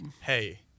hey